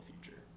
future